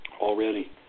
already